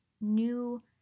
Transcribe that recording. new